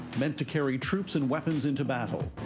meant to carry troops and weapons into battle.